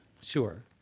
Sure